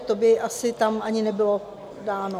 To by asi tam ani nebylo dáno.